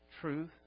truth